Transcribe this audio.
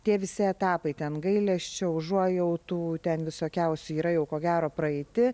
tie visi etapai ten gailesčio užuojautų ten visokiausių yra jau ko gero praeiti